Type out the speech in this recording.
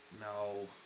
No